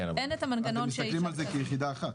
אתם מסתכלים על זה כיחידה אחת?